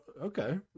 Okay